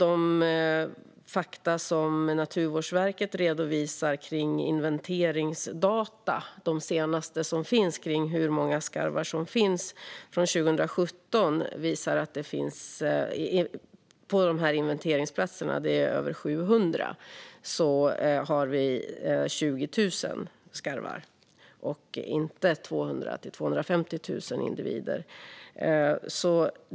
Enligt de senaste inventeringsdata som Naturvårdsverket redovisar, från 2017, finns det på de över 700 inventeringsplatserna 20 000 skarvar, inte 200 000-250 000 individer.